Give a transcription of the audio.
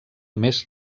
més